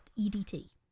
EDT